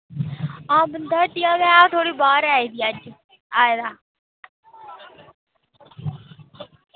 हां बंदा हट्टिया गै आऊं थोह्ड़ी बाह्र आई दी अज्ज आए दा